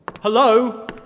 Hello